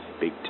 Big